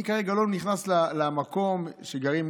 אני כרגע לא נכנס למקום שגרים,